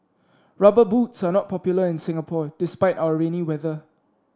rubber boots are not popular in Singapore despite our rainy weather